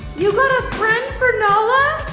you got a friend for nala!